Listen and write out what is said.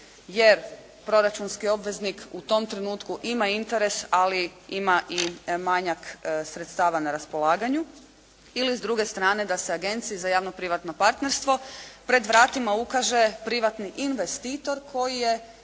jer proračunski obveznik u tom trenutku ima interes, ali ima i manjak sredstava na raspolaganju ili s druge strane da se Agenciji za javno-privatno partnerstvo pred vratima ukaže privatni investitor koji je